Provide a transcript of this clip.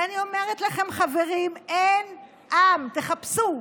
ואני אומר לכם, חברים, אין עם, תחפשו,